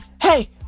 hey